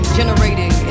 generating